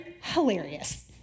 hilarious